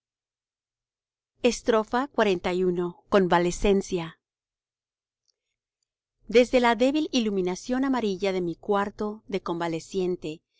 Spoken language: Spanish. burro juera mío xli convalecencia desde la débil iluminación amarilla de mi cuarto de convaleciente